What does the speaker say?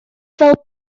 fel